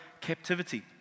captivity